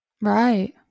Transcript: Right